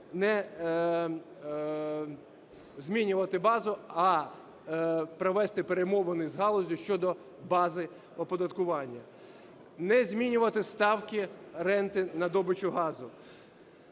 не змінювати базу, а провести перемовини з галуззю щодо бази оподаткування. Не змінювати ставки ренти на добичу газу.